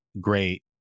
great